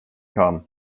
kam